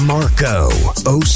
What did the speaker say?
Marco